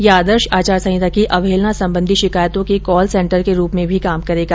यह आदर्श आचार संहिता की अहवेलना संबंधी शिकायतों के कॉल सेंटर के रूप में भी काम करेगा